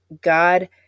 God